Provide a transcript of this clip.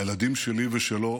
הילדים שלי ושלו